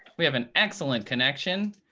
we have an excellent connection.